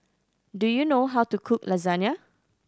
do you know how to cook Lasagne